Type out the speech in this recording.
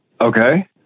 Okay